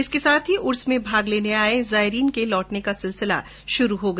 इसके साथ ही उर्स में भाग लेने आये जायरीन के लौटने का सिलसिला शुरू हो गया